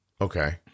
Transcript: Okay